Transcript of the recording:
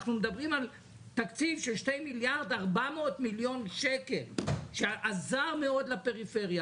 אנחנו מדברים על תקציב של 2.4 מיליארד שקל שעזר מאוד לפריפריה.